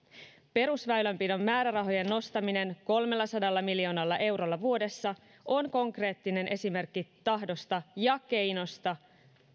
perusväylänpidon määrärahojen nostaminen kolmellasadalla miljoonalla eurolla vuodessa on konkreettinen esimerkki tahdosta ja keinosta